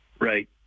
right